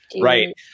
Right